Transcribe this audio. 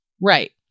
Right